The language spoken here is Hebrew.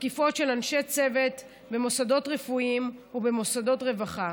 תקיפות אנשי צוות במוסדות רפואיים ובמוסדות רווחה.